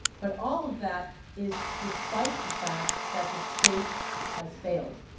but all of that is despite the fact that the state has failed.